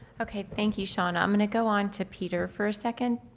okay, thank you, sean. i'm gonna go on to peter for a second.